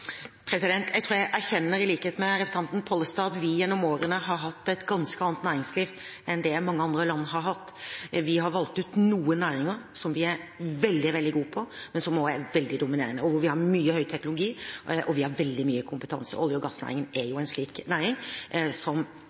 Jeg tror jeg erkjenner, i likhet med representanten Pollestad, at vi gjennom årene har hatt et ganske annet næringsliv enn det mange andre land har hatt. Vi har valgt ut noen næringer som vi er veldig, veldig gode på, men som også er veldig dominerende, hvor vi har mye høyteknologi, og vi har veldig mye kompetanse. Olje- og gassnæringen er en slik næring, som